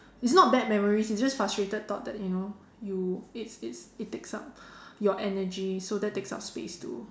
it's not bad memories it's just frustrated thought that you know you it's it's it takes up your energy so that takes up space too